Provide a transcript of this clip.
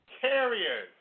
carriers